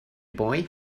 boy